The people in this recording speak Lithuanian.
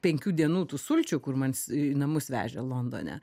penkių dienų tų sulčių kur man į namus vežė londone